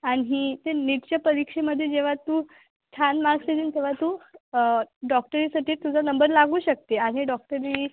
आणि ते नीटच्या परीक्षेमधे जेव्हा तू छान मार्क्स येतील तेव्हा तू डॉक्टरीसाठी तुझा नंबर लागू शकते आहे डॉक्टरी